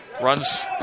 runs